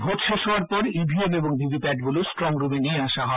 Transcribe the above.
vote শেষ হওয়ার পর ইভিএম ও ভিভিপ্যাটগুলো স্ট্রং রুমে নিয়ে আসা হয়